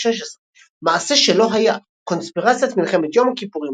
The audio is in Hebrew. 2016 מעשה שלא היה קונספירציית מלחמת יום הכיפורים,